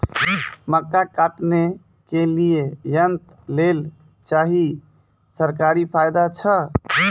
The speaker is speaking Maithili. मक्का काटने के लिए यंत्र लेल चाहिए सरकारी फायदा छ?